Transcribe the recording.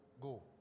go